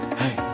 hey